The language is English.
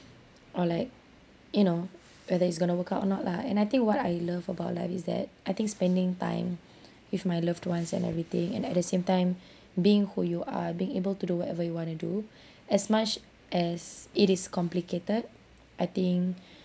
or like you know whether it's going to work out or not lah and I think what I love about life is that I think spending time with my loved ones and everything and at the same time being who you are being able to do whatever you want to do as much as it is complicated I think